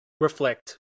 reflect